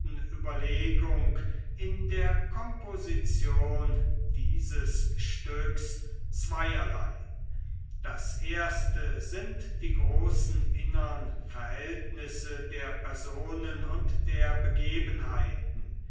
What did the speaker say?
überlegung in der komposition dieses stücks zweierlei das erste sind die großen innern verhältnisse der personen und der begebenheiten